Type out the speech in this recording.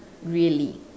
really